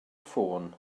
ffôn